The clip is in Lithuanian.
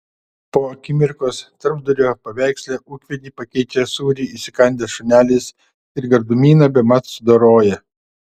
po akimirkos tarpdurio paveiksle ūkvedį pakeičia sūrį įsikandęs šunelis ir gardumyną bemat sudoroja